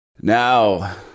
Now